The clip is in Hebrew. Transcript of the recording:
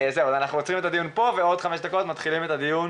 אנחנו עוצרים את הדיון פה ובעוד חמש דקות מתחילים את הדיון